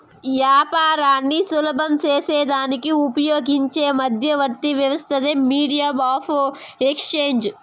యాపారాన్ని సులభం సేసేదానికి ఉపయోగించే మధ్యవర్తి వ్యవస్థే మీడియం ఆఫ్ ఎక్స్చేంజ్